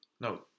No